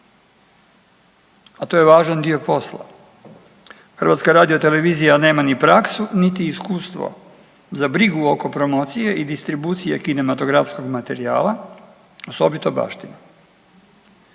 a to je važan dio posla. Hrvatska radiotelevizija nema niti praksu, niti iskustvo za brigu oko promocije i distribucije kinematografskog materijala osobito baštine.